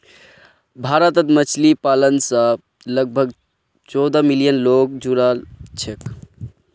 भारतत मछली पालन स लगभग चौदह मिलियन लोग जुड़ाल छेक